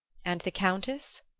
and the countess?